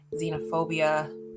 xenophobia